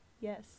yes